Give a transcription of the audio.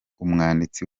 umwanditsi